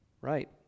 Right